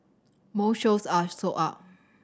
most shows are sold out